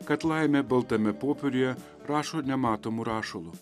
kad laimė baltame popieriuje rašo nematomu rašalu